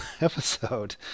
episode